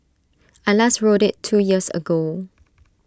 I last rode IT two years ago